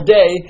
day